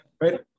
right